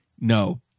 No